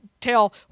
tell